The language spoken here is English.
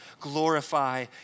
Glorify